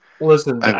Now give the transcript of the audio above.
Listen